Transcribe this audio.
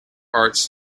arts